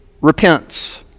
repents